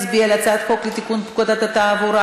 הצעת חוק לתיקון פקודת התעבורה